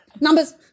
Numbers